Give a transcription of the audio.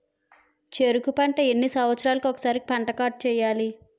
చెరుకు పంట ఎన్ని సంవత్సరాలకి ఒక్కసారి పంట కార్డ్ చెయ్యాలి?